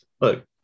Look